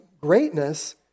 greatness